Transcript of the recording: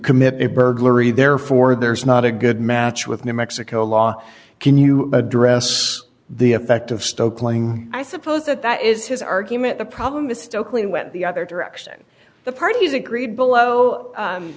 commit a burglary therefore there is not a good match with new mexico law can you address the effect of stoke playing i suppose that that is his argument the problem isto clean went the other direction the parties agreed below